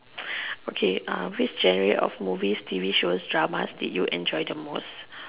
okay uh which genre of movies T_V shows dramas did you enjoy the most